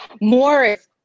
Morris